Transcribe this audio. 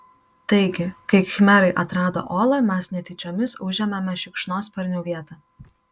taigi kai khmerai atrado olą mes netyčiomis užėmėme šikšnosparnių vietą